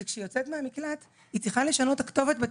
זה שכשהיא יוצאת מהמקלט היא צריכה לשנות את כתובת המגורים